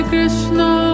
Krishna